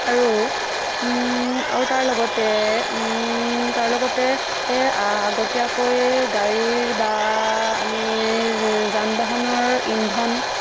আৰু তাৰ লগতে আগতীয়াকৈ গাড়ীৰ বা আমি যান বাহনৰ ইন্ধন